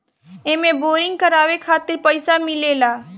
एमे बोरिंग करावे खातिर पईसा मिलेला